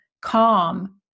calm